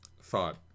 thought